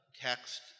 text